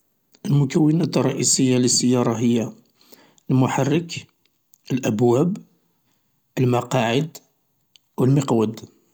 المكونات الىئيسية للسيارة هي: المحرك ، الابواب، المقاعد والمقود.